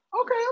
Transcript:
Okay